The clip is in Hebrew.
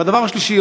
והדבר השלישי,